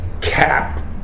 Cap